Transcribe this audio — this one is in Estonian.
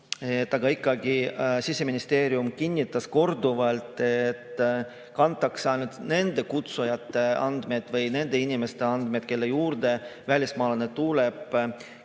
Aga ikkagi, Siseministeerium kinnitas korduvalt, et sinna kantakse ainult nende kutsujate andmed või nende inimeste andmed, kelle juurde välismaalane tuleb, ning